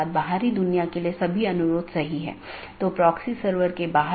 एक और बात यह है कि यह एक टाइपो है मतलब यहाँ यह अधिसूचना होनी चाहिए